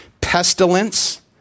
pestilence